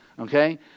okay